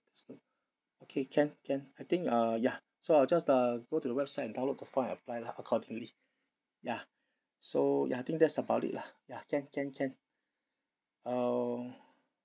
that's good okay can can I think uh ya so I'll just uh go to the website and download the form and apply lah accordingly ya so ya I think that's about it lah ya can can can um